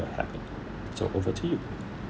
so over to you